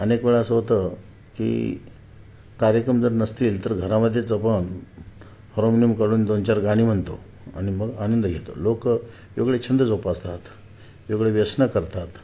अनेक वेळा असं होतं की कार्यक्रम जर नसतील तर घरामध्येच आपण हार्मोनियम काढून दोनचार गाणी म्हणतो आणि मग आनंद घेतो लोकं वेगळे छंद जोपासतात वेगळे व्यसनं करतात